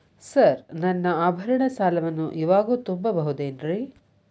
Sir ನನ್ನ ಆಭರಣ ಸಾಲವನ್ನು ಇವಾಗು ತುಂಬ ಬಹುದೇನ್ರಿ?